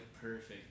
perfect